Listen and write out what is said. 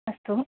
अस्तु